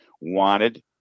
wanted